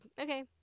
okay